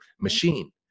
machine